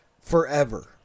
forever